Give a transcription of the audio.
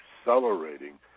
accelerating